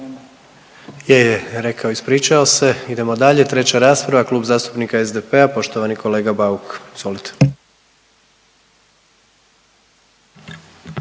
Je, je, rekao je, ispričao se. Idemo dalje, 3. rasprava Klub zastupnika SDP-a poštovani kolega Bauk izvolite.